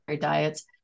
diets